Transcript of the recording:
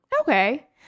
Okay